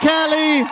Kelly